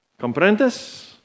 Comprendes